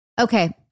Okay